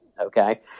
Okay